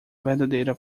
verdadeira